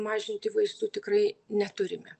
mažinti vaistų tikrai neturime